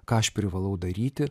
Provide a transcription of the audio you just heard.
ką aš privalau daryti